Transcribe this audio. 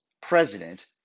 president